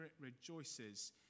rejoices